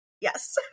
yes